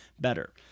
better